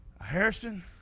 Harrison